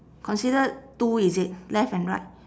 considered two is it left and right